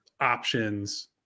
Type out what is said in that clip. options